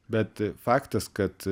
bet faktas kad